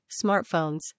smartphones